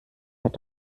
hat